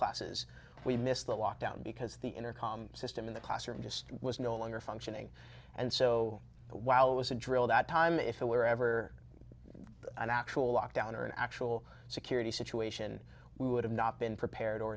classes we missed the lockdown because the intercom system in the classroom just was no longer functioning and so while it was a drilled out time if it were ever an actual lockdown or an actual security situation would have not been prepared or